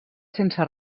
sense